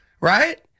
right